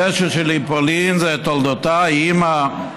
הקשר שלי עם פולין זה תולדותיי: אימא,